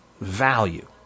value